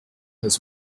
his